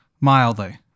mildly